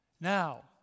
Now